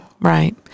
Right